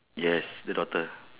yes the daughter